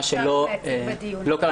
מה שלא קרה.